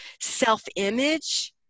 self-image